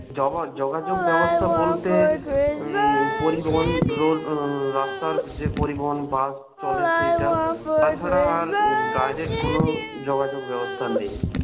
জবা যোগাযোগ ব্যবস্থা বলতে পরিবহন রোড রাস্তার যে পরিবহন বাস চলে সেইটা তাছাড়া আর ডাইরেক্ট কোন যোগাযোগ ব্যবস্থা নেই